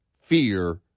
fear